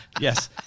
Yes